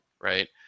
Right